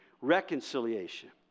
reconciliation